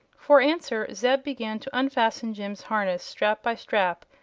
for answer zeb began to unfasten jim's harness, strap by strap,